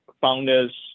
founders